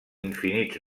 infinits